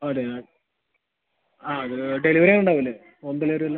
അതെയോ അത് ഡെലിവറി ഉണ്ടാവൂലേ ഹോം ഡെലിവറി എല്ലാം